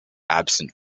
absent